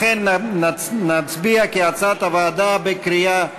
לכן נצביע בקריאה שנייה,